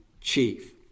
chief